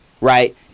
right